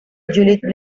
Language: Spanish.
juliette